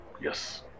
Yes